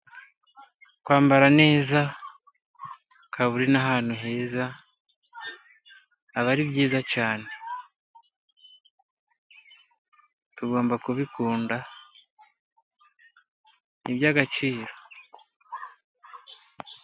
Kwambara neza, ukaba uri n'ahantu heza, aba ari byiza cyane. Tugomba kubikunda ni ibyo agaciro.